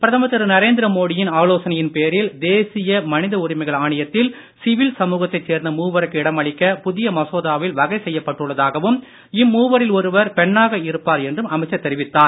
பிரதமர் நரேந்திர மோடியின் ஆலோசனையின் பேரில் தேசிய மனித உரிமைகள் ஆணையத்தில் சிவில் சமூகத்தைச் சேர்ந்த மூவருக்கு இடமளிக்க புதிய மசோதாவில் வகை செய்யப்பட்டுள்ளதாகவும் இம்மூவரில் ஒருவர் பெண்ணாக இருப்பார் என்றும் அமைச்சர் தெரிவித்தார்